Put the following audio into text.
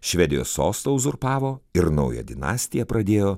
švedijos sostą uzurpavo ir naują dinastiją pradėjo